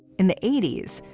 in the eighty s,